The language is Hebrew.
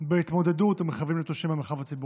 בהתמודדות עם רכבים נטושים במרחב הציבורי.